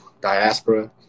diaspora